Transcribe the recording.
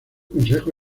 consejo